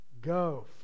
Go